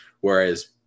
Whereas